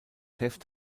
heft